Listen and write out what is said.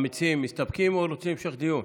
המציעים מסתפקים או רוצים המשך דיון?